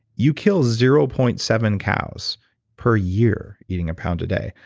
you kill zero point seven cows per year eating a pound a day.